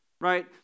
right